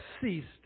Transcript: ceased